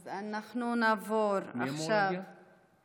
אז אנחנו נעבור עכשיו --- ישר לערוץ הכנסת.